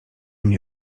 mnie